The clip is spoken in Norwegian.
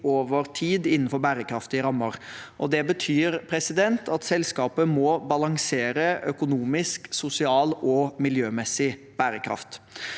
over tid, innenfor bærekraftige rammer. Det betyr at selskapet må balansere økonomisk, sosial og miljømessig bærekraft.